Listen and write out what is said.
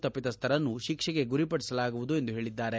ತಪ್ಪಿತಸ್ವರನ್ನು ಶಿಕ್ಷೆಗೆ ಗುರಿಪಡಿಸಲಾಗುವುದು ಎಂದು ಹೇಳಿದ್ದಾರೆ